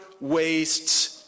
wastes